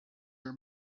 our